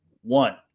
one